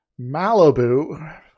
Malibu